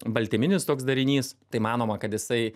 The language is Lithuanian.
baltyminis toks darinys tai manoma kad jisai